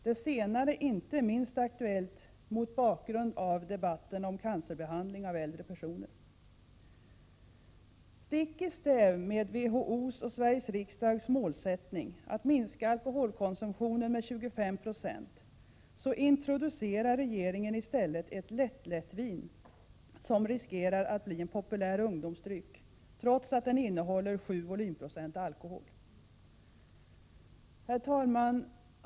Det senare är inte minst aktuellt mot bakgrund av debatten om cancerbehandling av äldre personer. Stick i stäv med WHO:s och Sveriges riksdags målsättning att minska alkoholkonsumtionen med 25 96, introducerar regeringen i stället ett lättlättvin som riskerar att bli en populär ungdomsdryck, trots att den innehåller 7 volymprocent alkohol. Herr talman!